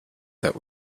that